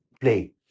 play